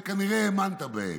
וכנראה האמנת בהן.